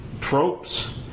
tropes